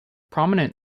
prominent